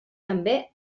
també